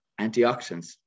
antioxidants